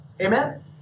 Amen